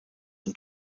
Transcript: und